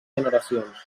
generacions